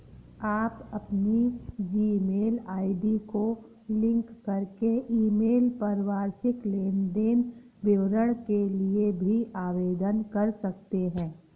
आप अपनी Gmail ID को लिंक करके ईमेल पर वार्षिक लेन देन विवरण के लिए भी आवेदन कर सकते हैं